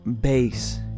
base